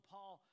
Paul